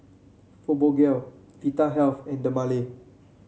Fibogel Vitahealth and Dermale